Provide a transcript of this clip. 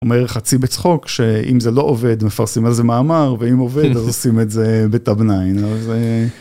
אומר חצי בצחוק שאם זה לא עובד מפרסמים על זה מאמר ואם עובד אז עושים את זה בטבניין.